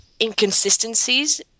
inconsistencies